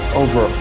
over